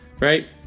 right